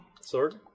Sword